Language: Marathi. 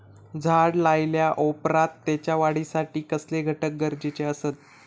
झाड लायल्या ओप्रात त्याच्या वाढीसाठी कसले घटक गरजेचे असत?